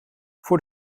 voor